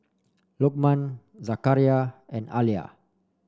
Lokman Zakaria and Alya